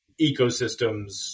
ecosystems